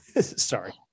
Sorry